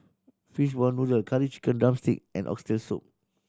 fishball noodle Curry Chicken drumstick and Oxtail Soup